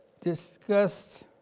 discussed